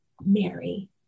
Mary